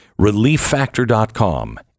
Relieffactor.com